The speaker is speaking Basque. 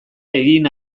egin